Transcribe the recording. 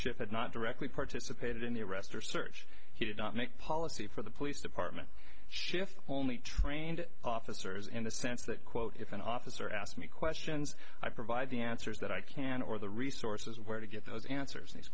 ship had not directly participated in the arrest or search he did not make policy for the police department shift only trained officers in the sense that quote if an officer asked me questions i provide the answers that i can or the resources where to get those answers and he's